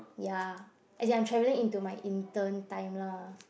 ya and they're travelling into my intern time lah